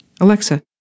Alexa